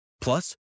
Plus